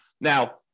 Now